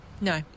No